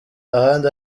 ahandi